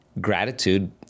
gratitude